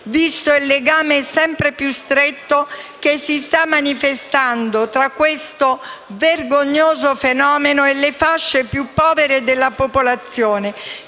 visto il legame sempre più stretto che si sta manifestando tra questo vergognoso fenomeno e le fasce più povere della popolazione,